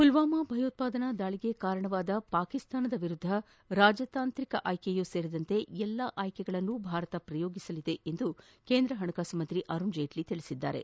ಪುಲ್ವಾಮಾ ಭಯೋತ್ಪಾದನಾ ದಾಳಿಗೆ ಕಾರಣವಾದ ಪಾಕಿಸ್ತಾನದ ವಿರುದ್ದ ರಾಜತಾಂತ್ರಿಕ ಆಯ್ಕೆಯೂ ಸೇರಿದಂತೆ ಎಲ್ಲ ಆಯ್ಲೆಗಳನ್ನೂ ಭಾರತ ಪ್ರಯೋಗಿಸಲಿದೆ ಎಂದು ಕೇಂದ್ರ ಹಣಕಾಸು ಸಚಿವ ಅರುಣ್ ಜೀಟ್ಲಿ ತಿಳಿಸಿದ್ದಾರೆ